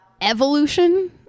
evolution